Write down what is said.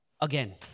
Again